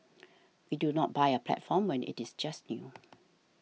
we do not buy a platform when it is just new